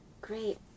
Great